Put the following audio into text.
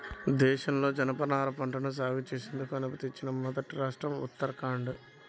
దేశంలో జనపనార పంటను సాగు చేసేందుకు అనుమతించిన మొదటి రాష్ట్రం ఉత్తరాఖండ్